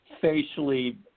facially